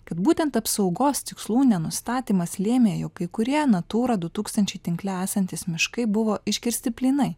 kad būtent apsaugos tikslų nenustatymas lėmė jog kai kurie natūra du tūkstančiai tinkle esantys miškai buvo iškirsti plynai